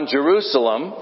Jerusalem